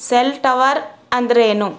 cell tower ಅಂದರೇನು